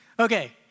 Okay